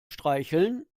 streicheln